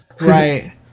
Right